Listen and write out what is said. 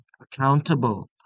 accountable